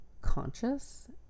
conscious